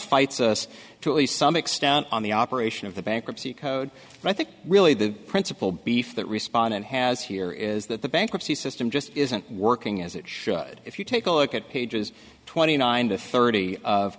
fights us to some extent on the operation of the bankruptcy code and i think really the principal beef that responded has here is that the bankruptcy system just isn't working as it should if you take a look at pages twenty nine to thirty of